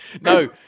No